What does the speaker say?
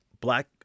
black